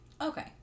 Okay